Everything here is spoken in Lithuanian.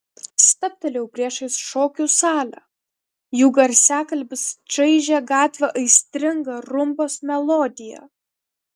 stabtelėjau priešais šokių salę jų garsiakalbis čaižė gatvę aistringa rumbos melodija